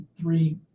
three